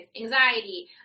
anxiety